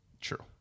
True